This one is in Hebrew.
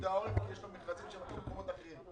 לפיקוד העורף יש מכרזים שהולכים למקומות אחרים.